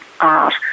art